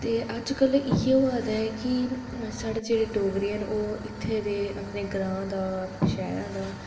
ते अज्जकल इ'यै होआ दा ऐ कि साढ़े जेह्ड़े डोगरें न ओह् इत्थै दे अपने ग्रांऽ दा अपने शैह्रा दा